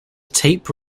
tape